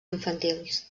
infantils